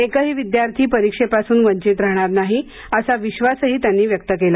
एकही विद्यार्थी परीक्षेपासून वंचित राहणार नाही असा विश्वासही त्यांनी व्यक्त केला